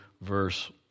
verse